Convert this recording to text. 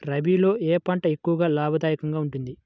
రబీలో ఏ పంట ఎక్కువ లాభదాయకంగా ఉంటుంది?